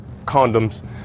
condoms